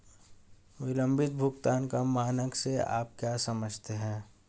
विलंबित भुगतान का मानक से आप क्या समझते हैं?